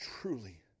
truly